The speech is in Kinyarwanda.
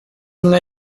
umwe